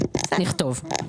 נכתוב.